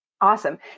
Awesome